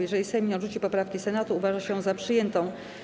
Jeżeli Sejm nie odrzuci poprawki Senatu, uważa się za przyjętą.